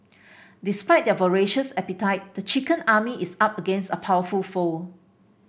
despite their voracious appetite the chicken army is up against a powerful foe